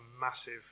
massive